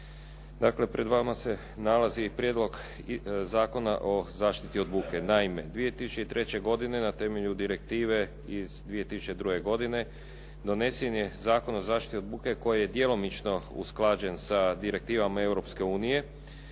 Dakle, pred vama se nalazi Prijedlog Zakona o zaštiti od buke. Naime, 2003. godine na temelju direktive iz 2002. godine, donesen je Zakon o zaštiti od buke koji je djelomično usklađen sa direktivama Europske unije,